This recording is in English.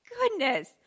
goodness